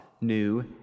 new